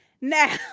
Now